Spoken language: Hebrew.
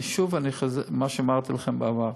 אני חוזר שוב על מה שאמרתי לכם בעבר.